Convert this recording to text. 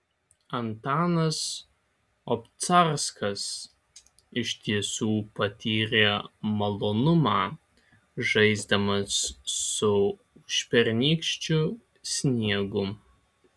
antanas obcarskas iš tiesų patyrė malonumą žaisdamas su užpernykščiu sniegu